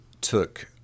took